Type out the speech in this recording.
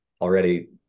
already